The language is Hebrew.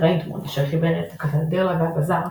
ראימונד אשר חיבר את "הקתדרלה והבזאר",